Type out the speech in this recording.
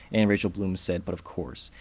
and rachel bloom said but of course.